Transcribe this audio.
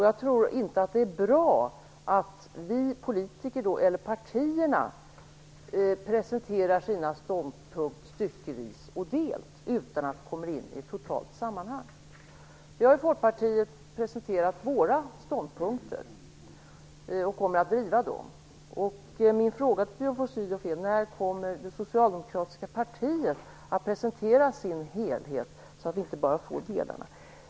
Jag tror inte att det är bra att partierna presenterar sina ståndpunkter styckevis och delt, utan att det kommer in i ett totalt sammanhang. Vi har i Folkpartiet presenterat våra ståndpunkter och kommer att driva dem. Min fråga till Björn von Sydow är: När kommer det socialdemokratiska partiet att presentera sin helhet, så att det inte bara blir delarna?